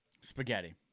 Spaghetti